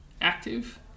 active